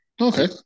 Okay